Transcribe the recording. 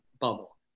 bubble